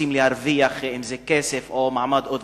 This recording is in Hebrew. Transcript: רוצים להרוויח, אם זה כסף או מעמד וכו'.